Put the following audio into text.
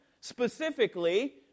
specifically